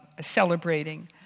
celebrating